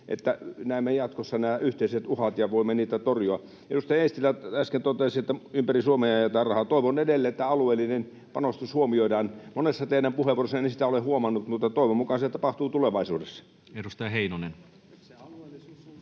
että näemme jatkossa nämä yhteiset uhat ja voimme niitä torjua. Edustaja Eestilä äsken totesi, että ympäri Suomea jaetaan rahaa. Toivon edelleen, että alueellinen panostus huomioidaan. Monessa teidän puheenvuorossanne en sitä ole huomannut, mutta toivon mukaan se tapahtuu tulevaisuudessa. [Speech